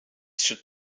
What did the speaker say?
should